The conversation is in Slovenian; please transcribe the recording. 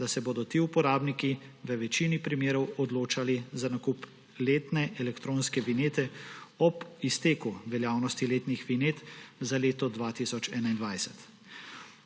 da se bodo ti uporabniki v večini primerov odločali za nakup letne elektronske vinjete ob izteku veljavnosti letnih vinjet za leto 2021.